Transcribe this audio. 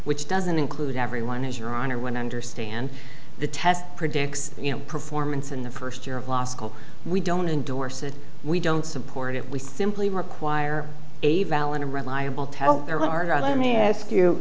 which doesn't include everyone as your honor when i understand the test predicts you know performance in the first year of law school we don't endorse it we don't support it we simply require a valid and reliable tell